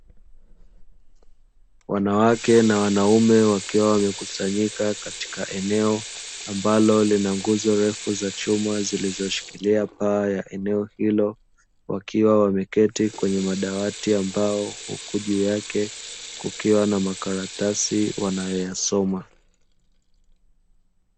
Wanawake na wanaume wakiwa wamekusanyika katika eneo, ambalo lina nguzo refu za chuma zilizoshikilia paa ya eneo hilo, wakiwa wameketi kwenye madawati ambao huku juu yake kukiwa na makaratasi wanayoyasoma.